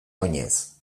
oinez